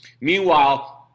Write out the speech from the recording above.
Meanwhile